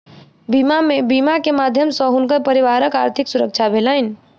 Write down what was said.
बीमा के माध्यम सॅ हुनकर परिवारक आर्थिक सुरक्षा भेलैन